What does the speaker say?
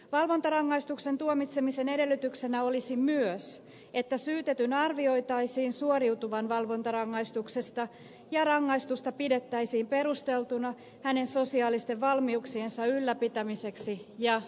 valvontarangaistuksen tuomitsemisen edellytyksenä olisi myös että syytetyn arvioitaisiin suoriutuvan valvontarangaistuksesta ja rangaistusta pidettäisiin perusteltuna hänen sosiaalisten valmiuksiensa ylläpitämiseksi ja edistämiseksi